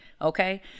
okay